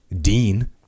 Dean